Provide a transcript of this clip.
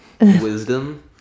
wisdom